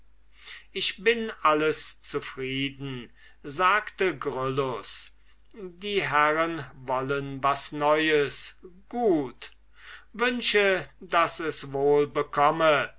ich bin alles zufrieden sagte gryllus die herren wollen was neues gut wünsche daß es wohl bekomme